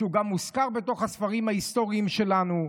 שגם מוזכר בתוך הספרים ההיסטוריים שלנו.